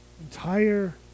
entire